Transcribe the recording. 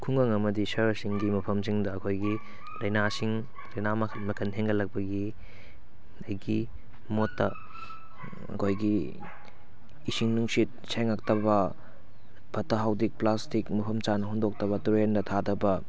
ꯈꯨꯡꯒꯪ ꯑꯃꯗꯤ ꯁꯍꯔꯁꯤꯡꯒꯤ ꯃꯐꯝꯁꯤꯡꯗ ꯑꯩꯈꯣꯏꯒꯤ ꯂꯥꯏꯅꯥꯁꯤꯡ ꯂꯥꯏꯅꯥ ꯃꯈꯜ ꯃꯈꯜ ꯍꯦꯟꯒꯠꯂꯛꯄꯒꯤ ꯑꯩꯒꯤ ꯃꯣꯏꯇ ꯑꯩꯈꯣꯏꯒꯤ ꯏꯁꯤꯡ ꯅꯨꯡꯁꯤꯠ ꯁꯦꯡꯂꯛꯇꯕ ꯐꯠꯇ ꯍꯥꯎꯗꯤ ꯄ꯭ꯂꯥꯁꯇꯤꯛ ꯃꯐꯝ ꯆꯥꯅ ꯍꯨꯟꯗꯣꯛꯇꯕ ꯇꯨꯔꯦꯟꯗ ꯊꯥꯊꯕ